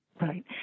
Right